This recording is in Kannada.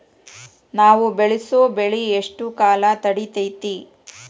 ನಾವು ಬೆಳಸೋ ಬೆಳಿ ಎಷ್ಟು ಕಾಲ ತಡೇತೇತಿ?